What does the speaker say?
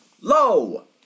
Low